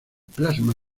plasma